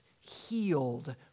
healed